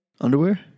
Underwear